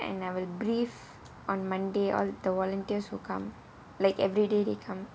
and I'll brief on monday all the volunteers who come like everyday they come